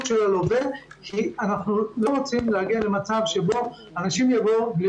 של הלווה כי אנחנו לא רוצים להגיע למצב שאנשים יבואו בלי